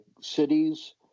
cities